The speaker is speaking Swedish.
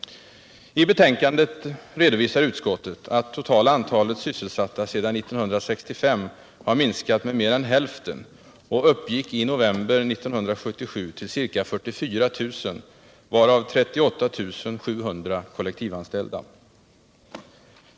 I betänkandet redovisar utskottet att totala antalet sysselsatta sedan 1965 har minskat med mer än hälften och i november 1977 uppgick till ca 44 000, varav 38 700 kollektivanställda.